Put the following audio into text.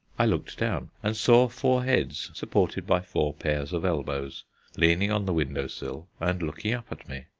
i looked down, and saw four heads supported by four pairs of elbows leaning on the window-sill and looking up at me.